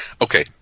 okay